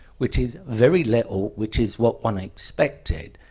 which is very little, which is what one expected.